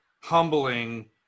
humbling